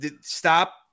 stop